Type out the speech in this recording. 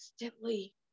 instantly